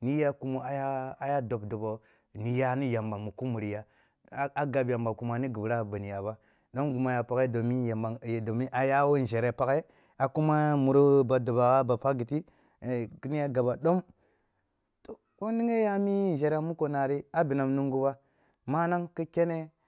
ni ya kumo aya, aya dobo, niya ni yamba mu kumuriya a a gab yamba kuma ni gibiya a biniya ba, dom gini a ya pakhe domin yamba, domin a yawo nzhere pakhe a kuma muru bad oba gha bap akh giti e kiniya gaba dom to bo nighe ya a mi nzheremuko nari a bonam munguba, manang ki kene